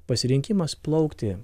pasirinkimas plaukti